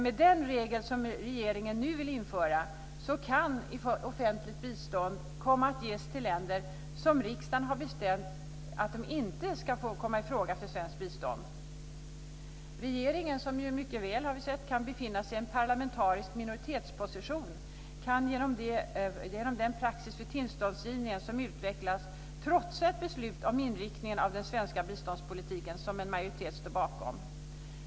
Med den regel som regeringen nu vill införa kan offentligt bistånd komma att ges till länder som riksdagen har bestämt inte ska komma i fråga för svenskt bistånd. Regeringen - som mycket väl, som vi har sett, kan befinna sig i en parlamentarisk minoritetsposition - kan genom den praxis för tillståndsgivningen som utvecklas trotsa ett beslut om inriktningen av den svenska biståndspolitiken som en majoritet står bakom.